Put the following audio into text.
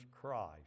Christ